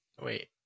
Wait